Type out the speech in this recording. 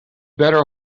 better